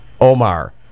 Omar